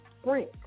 sprint